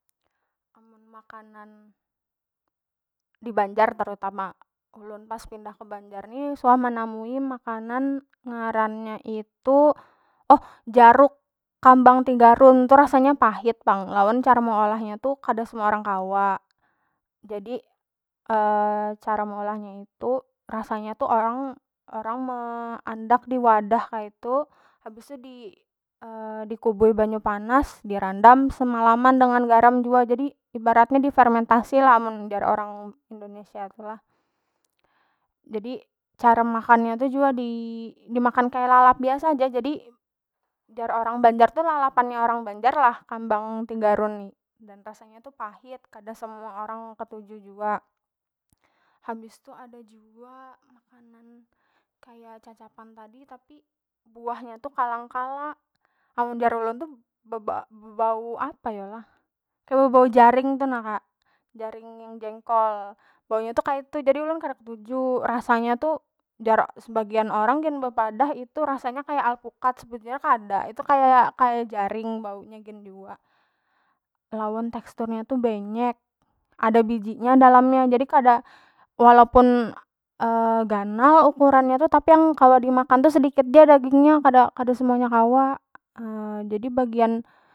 Amun makanan dibanjar terutama ulun pas pindah ke banjar ni suah menamui makanan ngarannya itu oh jaruk kambang tigarun tu rasanya pahit pang lawan cara meolahnya tu kada semua orang kawa, jadi cara meolahnya itu rasanya tu orang- orang andak diwadah kaitu habis tu di dikubui banyu panas dirandam semalaman dengan garam jua jadi ibarat nya di fermentasi lah amun jar orang indonesia tu lah, jadi cara makannya tu jua di- dimakan kaya lalap biasa ja jadi jar orang banjar tu lalapannya orang banjar lah kambang tigarun ni dan rasanya tu pahit kada semua orang ketuju jua. Habis tu ada jua makanan kaya cacapan tadi buah nya tu kalangkala amun jar ulun tu be- bebau jaring tu kak jaring yang jengkol bau nya tu kaitu jadi ulun kada ketuju rasanya tu jar sebagian orang gin bepadah rasanya kaya alpukat sebujurnya kada itu kaya- kaya jaring baunya gin jua. Lawan tekstur nya tu benyek ada biji nya dalam nya jadi kada walaupun ganal ukurannya tu tapi yang kalo dimakan tu sedikit ja daging nya kada- kada semuanya kawa jadi bagian.